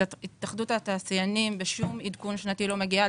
התאחדות התעשיינים בשום עדכון שנתי לא מגיעה,